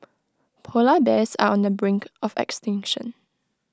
Polar Bears are on the brink of extinction